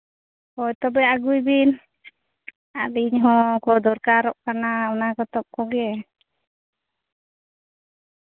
ᱦᱳᱭ ᱛᱚᱵᱮ ᱟᱹᱜᱩᱭ ᱵᱤᱱ ᱟᱹᱞᱤᱧ ᱦᱚᱸ ᱠᱚ ᱫᱚᱨᱠᱟᱨᱚᱜ ᱠᱟᱱᱟ ᱚᱱᱟ ᱯᱚᱛᱚᱵ ᱠᱚᱜᱮ